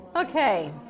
Okay